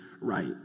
right